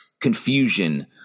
confusion